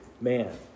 man